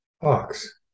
Fox